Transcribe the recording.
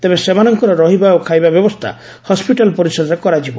ତେବେ ସେମାନଙ୍କର ରହିବା ଓ ଖାଇବା ବ୍ୟବସ୍ତା ହସିଟାଲ୍ ପରିସରରେ କରାଯିବ